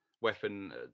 weapon